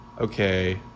okay